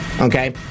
Okay